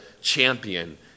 champion